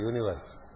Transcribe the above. universe